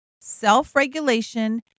self-regulation